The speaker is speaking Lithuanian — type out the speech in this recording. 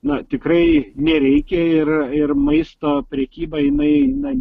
na tikrai nereikia ir ir maisto prekyba jinai na